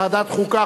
ועדת החוקה,